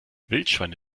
wildschweine